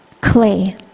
clay